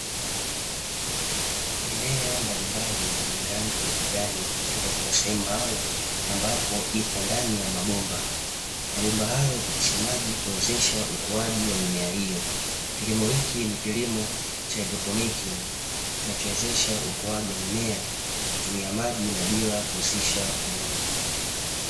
Mimea mbalimbali yenye rangi ya kijani, ikiwa katika sehemu maalumu, ambapo ipo ndani ya mabomba, mabomba hayo hupitisha maji kuwezesha ukuaji wa mimea hiyo. Kilimo hiki ni kilimo cha haidroponi kinachowezesha ukuaji wa mimea kwa kutumia maji na bila kuhusisha udongo.